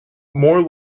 more